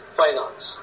finance